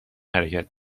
حرکت